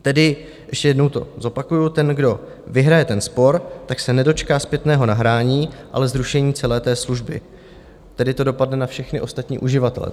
Tedy ještě jednou to zopakuju ten, kdo vyhraje ten spor, se nedočká zpětného nahrání, ale zrušení celé služby, tedy to dopadne na všechny ostatní uživatele té služby.